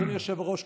אדוני היושב-ראש,